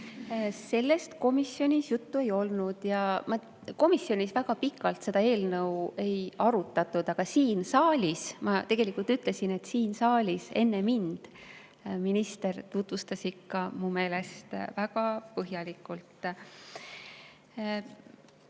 Sellest komisjonis juttu ei olnud. Komisjonis väga pikalt seda eelnõu ei arutatud, ma tegelikult ütlesin, et siin saalis enne mind minister tutvustas seda mu meelest ikka väga põhjalikult.